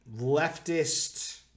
leftist